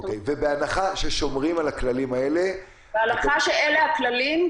בהנחה ששומרים על הכללים האלה --- בהנחה שאלה הכללים,